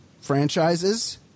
franchises